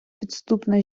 підступна